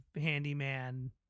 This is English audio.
Handyman